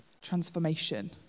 Transformation